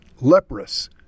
leprous